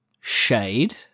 Shade